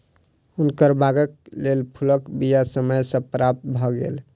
हुनकर बागक लेल फूलक बीया समय सॅ प्राप्त भ गेल